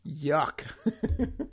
yuck